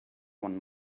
one